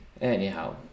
Anyhow